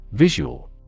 Visual